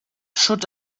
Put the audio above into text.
should